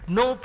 no